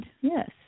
yes